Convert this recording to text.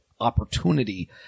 opportunity